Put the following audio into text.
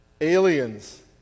Aliens